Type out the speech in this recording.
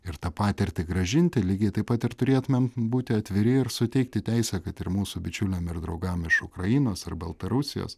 ir tą patirtį grąžinti lygiai taip pat ir turėtumėm būti atviri ir suteikti teisę kad ir mūsų bičiuliam ir draugam iš ukrainos ar baltarusijos